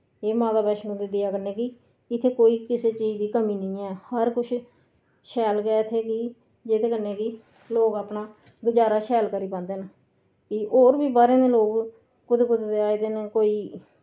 एह् माता वैश्णो दी दया कन्नै कि इत्थै कोई किसे चीज दी कमी नि ऐ हर कुछ शैल गै इत्थै कि जेह्दे कन्नै कि लोग अपना गुजारा शैल करी पांदे न ते होर बी बाह्रें दे लोग कुते कुते दे आए दे न कोई